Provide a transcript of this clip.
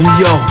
yo